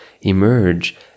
emerge